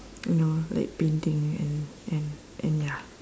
you know like painting and and and ya